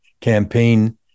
campaign